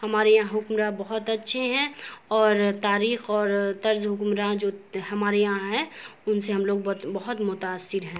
ہمارے یہاں حکمراں بہت اچھے ہیں اور تاریخ اور طرز حکمراں جو ہمارے یہاں ہیں ان سے ہم لوگ بہت بہت متاثر ہیں